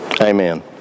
Amen